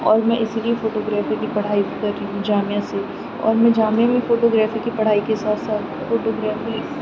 اور میں اسی لیے فوٹوگرافی کی پڑھائی کر رہی ہوں جامعہ سے اور میں جامعہ میں فوٹوگرافی کی پڑھائی کے ساتھ ساتھ فوٹوگرافی